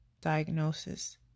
diagnosis